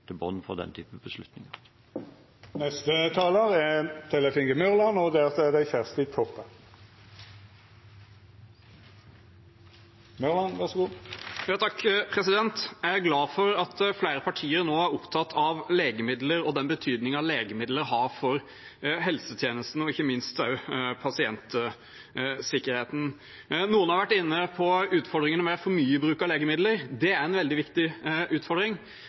for den type beslutninger. Jeg er glad for at flere partier nå er opptatt av legemidler og den betydningen legemidler har for helsetjenesten og ikke minst for pasientsikkerheten. Noen har vært inne på utfordringene med for mye bruk av legemidler. Det er en veldig viktig utfordring,